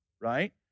right